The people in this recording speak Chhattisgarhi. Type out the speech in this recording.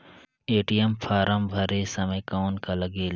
ए.टी.एम फारम भरे समय कौन का लगेल?